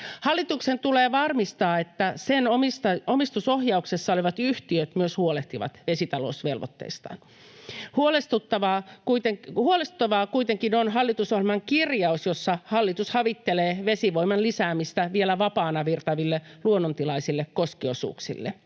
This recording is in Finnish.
Hallituksen tulee varmistaa, että sen omistusohjauksessa olevat yhtiöt myös huolehtivat vesitalousvelvoitteistaan. Huolestuttavaa kuitenkin on hallitusohjelman kirjaus, jossa hallitus havittelee vesivoiman lisäämistä vielä vapaana virtaaville luonnontilaisille koskiosuuksille.